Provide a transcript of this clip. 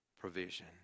provision